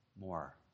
more